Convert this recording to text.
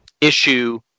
issue